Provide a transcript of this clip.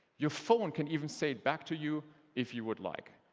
your phone can even say it back to you if you would like